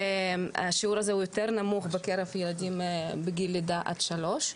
השיעור הזה הוא יותר נמוך בקרב ילדים בגיל לידה עד שלוש.